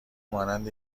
مانند